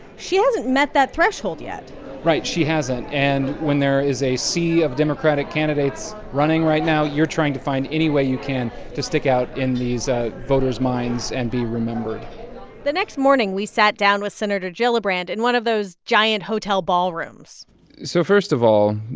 she hasn't met that threshold yet right. she hasn't. and when there is a sea of democratic candidates running right now, you're trying to find any way you can to stick out in these ah voters' minds and be remembered the next morning, we sat down with senator gillibrand in one of those giant hotel ballrooms so first of all,